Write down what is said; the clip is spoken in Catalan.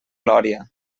lòria